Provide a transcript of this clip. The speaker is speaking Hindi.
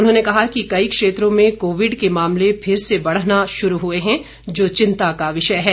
उन्होंने कहा कि कई क्षेत्रों में कोविड के मामले फिर से बढ़ना शुरू हुए हैं जो चिंता का विषय है